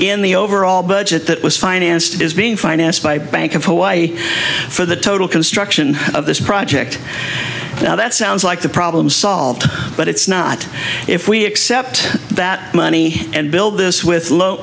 in the overall budget that was financed is being financed by bank of hawaii for the total construction of this project now that sounds like the problem solved but it's not if we accept that money and build this with